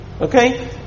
Okay